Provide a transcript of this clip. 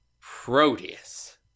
Proteus